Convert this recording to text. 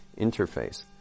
interface